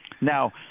Now